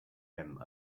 him